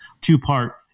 two-part